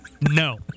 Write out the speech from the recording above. No